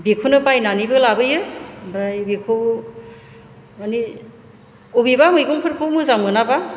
बेखौनो बायनानैबो लाबोयो ओमफ्राय बेखौ माने बबेबा मैगंफोरखौ मोजां मोनाबा